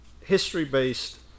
history-based